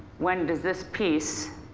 when does this piece,